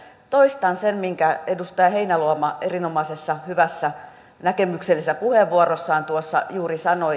toistan sen minkä edustaja heinäluoma erinomaisessa hyvässä näkemyksellisessä puheenvuorossaan tuossa juuri sanoi